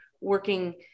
working